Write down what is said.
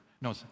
No